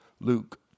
Luke